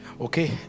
okay